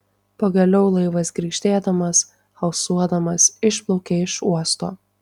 pagaliau laivas girgždėdamas halsuodamas išplaukė iš uosto